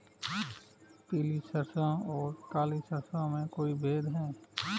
पीली सरसों और काली सरसों में कोई भेद है?